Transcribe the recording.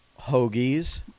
hoagies